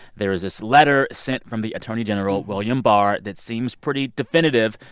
there is this letter sent from the attorney general, william barr, that seems pretty definitive.